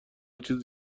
چیز